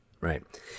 Right